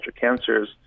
cancers